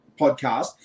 podcast